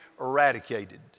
eradicated